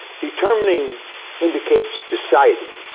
determining indicates deciding,